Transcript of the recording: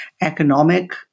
economic